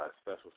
special